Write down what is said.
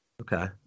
okay